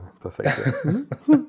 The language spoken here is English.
perfect